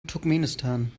turkmenistan